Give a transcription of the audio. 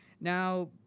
Now